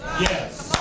Yes